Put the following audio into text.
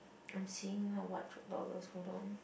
I'm seeing now what hold on